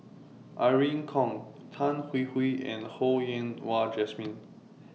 Irene Khong Tan Hwee Hwee and Ho Yen Wah Jesmine